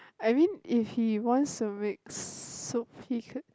I mean if he wants to make soup he could